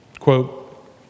Quote